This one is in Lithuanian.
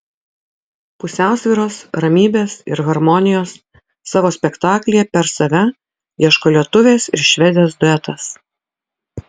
pusiausvyros ramybės ir harmonijos savo spektaklyje per save ieško lietuvės ir švedės duetas